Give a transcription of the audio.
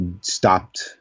stopped